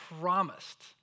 promised